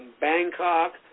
Bangkok